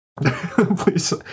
Please